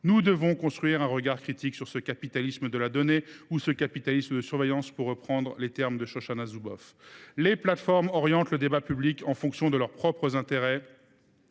Nous devons porter un regard critique sur ce capitalisme de la donnée ou ce « capitalisme de surveillance », pour reprendre les termes de Shoshana Zuboff. Les plateformes orientent le débat public en fonction de leurs propres intérêts